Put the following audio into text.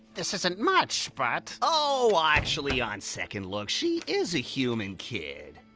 this isn't much but. oh! actually, on second look, she is a human kid.